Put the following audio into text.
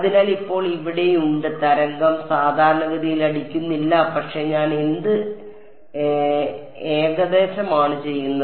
അതിനാൽ ഇപ്പോൾ ഇവിടെയുണ്ട് തരംഗം സാധാരണഗതിയിൽ അടിക്കുന്നില്ല പക്ഷേ ഞാൻ എന്ത് ഏകദേശമാണ് ചെയ്യുന്നത്